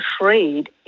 afraid